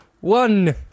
one